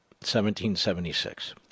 1776